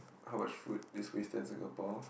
how much food they wasted in Singapore